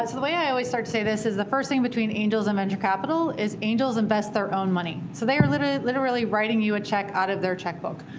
ah the way i always start to say this is, the first thing between angels and venture capital is angels invest their own money. so they are literally literally writing you a check out of their checkbook.